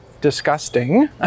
disgusting